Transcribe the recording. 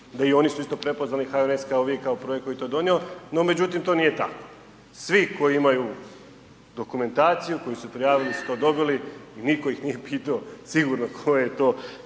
su i oni isto prepoznali HNS kao i vi kao prvi koji je to donio, no međutim to nije tako. Svi koji imaju dokumentaciju koji su prijavili su to dobili, nitko ih nije pitao sigurno koji su